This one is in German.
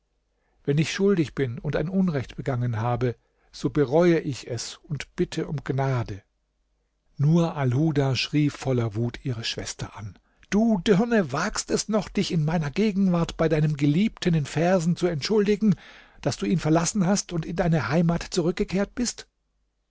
wenn ich schuldig bin und ein unrecht begangen habe so bereue ich es und bitte um gnade nur alhuda schrie voller wut ihre schwester an du dirne wagst es noch dich in meiner gegenwart bei deinem geliebten in versen zu entschuldigen daß du ihn verlassen hast und in deine heimat zurückgekehrt bist